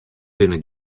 binne